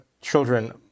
children